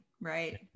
Right